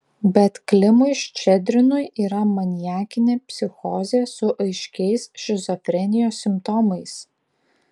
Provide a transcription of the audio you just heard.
bet klimui ščedrinui yra maniakinė psichozė su aiškiais šizofrenijos simptomais